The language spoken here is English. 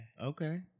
Okay